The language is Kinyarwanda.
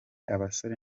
abasore